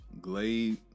Glade